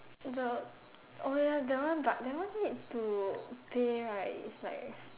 the oh ya that one but that one need to pay right is like